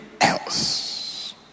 else